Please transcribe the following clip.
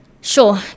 Sure